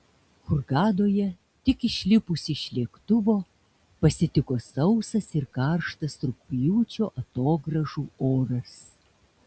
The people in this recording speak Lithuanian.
hurgadoje tik išlipus iš lėktuvo pasitiko sausas ir karštas rugpjūčio atogrąžų oras